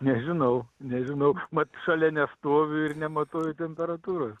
nežinau nežinau mat šalia nestoviu ir nematuoju temperatūros